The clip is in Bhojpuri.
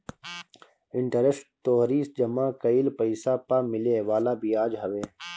इंटरेस्ट तोहरी जमा कईल पईसा पअ मिले वाला बियाज हवे